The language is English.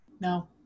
no